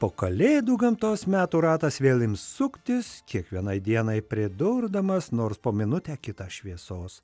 po kalėdų gamtos metų ratas vėl ims suktis kiekvienai dienai pridurdamas nors po minutę kitą šviesos